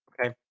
okay